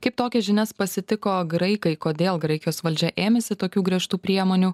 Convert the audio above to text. kaip tokias žinias pasitiko graikai kodėl graikijos valdžia ėmėsi tokių griežtų priemonių